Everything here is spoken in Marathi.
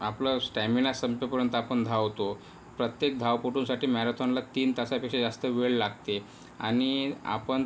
आपला स्टॅमिना संपेपर्यंत आपण धावतो प्रत्येक धावपटूसाठी मॅरेथॉनला तीन तासापेक्षा जास्त वेळ लागते आणि आपण